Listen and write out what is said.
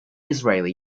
israeli